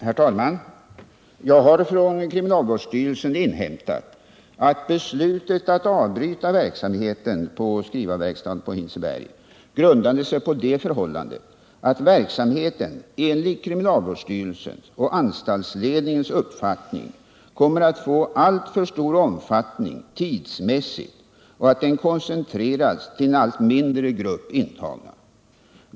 Herr talman! Jag har från kriminalvårdsstyrelsen inhämtat att beslutet att avbryta verksamheten på skrivarverkstaden vid Hinseberg grundade sig på det förhållandet att verksamheten enligt kriminalvårdsstyrelsens och anstaltsledningens uppfattning kommit att få alltför stor omfattning tidsmässigt och att den koncentrerats till en allt mindre grupp intagna.